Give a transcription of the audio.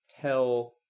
tell